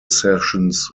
sessions